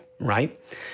right